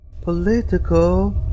political